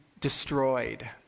destroyed